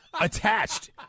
attached